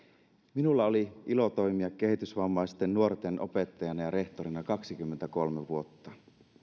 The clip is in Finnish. minulla oli ilo toimia kehitysvammaisten nuorten opettajana ja rehtorina kaksikymmentäkolme vuotta